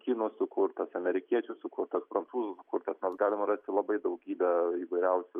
kinų sukurtas amerikiečių sukurtas prancūzų sukurtas ten galima rasti labai daugybę įvairiausių